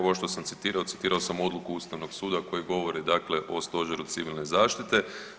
Ovo što sam citirao, citirao sam Odluku Ustavnog suda koji govore o Stožeru civilne zaštite.